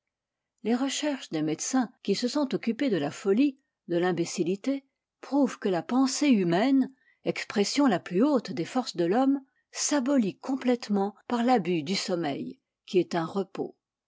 les recherches des médecins qui se sont occupés de la folie de l'imbécillité prouvent que la pensée humaine expression la plus haute des forces de l'homme s'abolit complètement par l'abus du sommeil qui est un repos